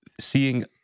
seeing